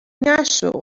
نشو